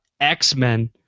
X-Men